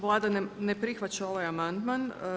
Vlada ne prihvaća ovaj amandman.